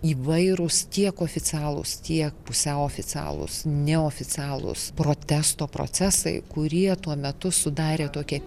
įvairūs tiek oficialūs tiek pusiau oficialūs neoficialūs protesto procesai kurie tuo metu sudarė tokią